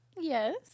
yes